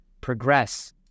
progress